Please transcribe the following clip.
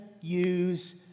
use